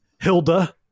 Hilda